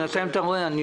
בסדר.